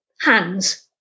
Hands